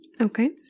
Okay